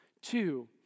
Two